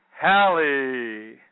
Hallie